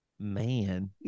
man